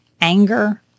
anger